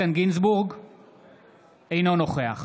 אינו נוכח